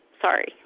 Sorry